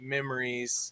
memories